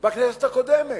גם בכנסת הקודמת,